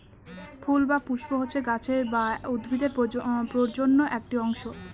ফুল বা পুস্প হচ্ছে গাছের বা উদ্ভিদের প্রজনন একটি অংশ